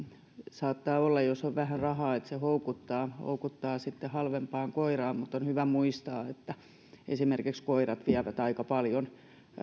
saattaa olla että jos on vähän rahaa niin se houkuttaa houkuttaa sitten halvempaan koiraan ja on hyvä muistaa että koirat tuovat aika paljon